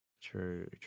True